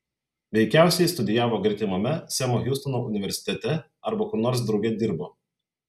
veikiausiai studijavo gretimame semo hiustono universitete arba kur nors drauge dirbo